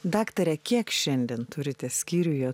daktare kiek šiandien turite skyriuje